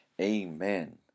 Amen